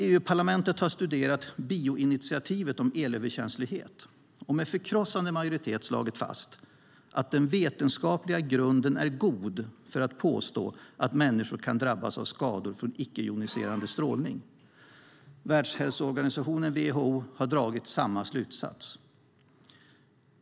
EU-parlamentet har studerat bioinitiativet om elöverkänslighet och med förkrossande majoritet slagit fast att den vetenskapliga grunden är god för att påstå att människor kan drabbas av skador från icke-joniserande strålning. WHO har dragit samma slutsats.